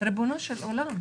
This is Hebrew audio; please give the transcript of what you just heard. ריבונו של עולם,